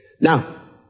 Now